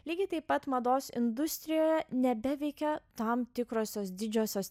lygiai taip pat mados industrijoje nebeveikė tam tikrosios didžiosios